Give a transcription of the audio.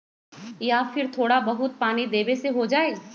या फिर थोड़ा बहुत पानी देबे से हो जाइ?